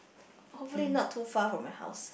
hopefully not too far from my house